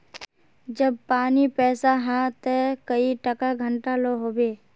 जब पानी पैसा हाँ ते कई टका घंटा लो होबे?